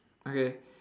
okay